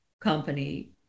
company